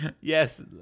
Yes